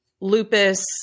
lupus